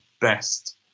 best